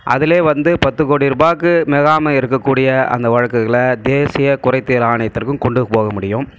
அதிலே வந்து பத்து கோடி ரூபாய்க்கு மிகாமல் இருக்கக்கூடிய அந்த வழக்குகளை தேசிய குறைதீர் ஆணையத்திற்கும் கொண்டு போக முடியும்